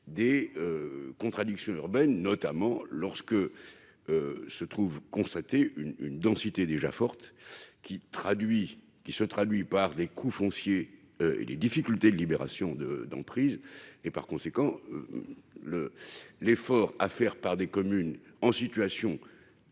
des contradictions urbaines, notamment lorsque se trouve constatée une densité déjà forte, qui se traduit par des coûts fonciers et des difficultés de libération d'emprises. Par conséquent, l'effort exigé de communes qui se